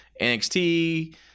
NXT